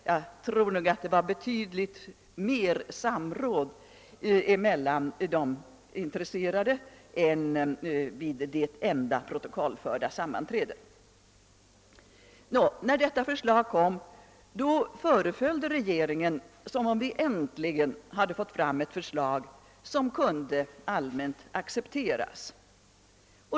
Jag tror att det förekom betydligt mer samråd mellan de intresserade än vid det enda protokollförda sammanträdet. Nå, när detta förslag kom föreföll det regeringen som om det äntligen hade framlagts ett förslag som allmänt kunde accepteras.